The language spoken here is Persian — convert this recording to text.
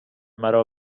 مرا